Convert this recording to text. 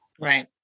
Right